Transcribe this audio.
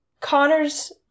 Connor's